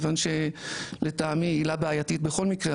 מכיוון שלטעמי היא עילה בעייתית בכל מקרה,